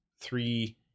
three